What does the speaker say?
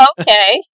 Okay